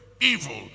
evil